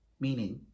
meaning